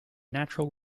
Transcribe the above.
natural